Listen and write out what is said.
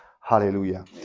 Hallelujah